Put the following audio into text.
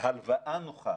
הלוואה נוחה